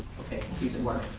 okay. please eduardo.